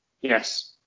Yes